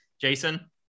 Jason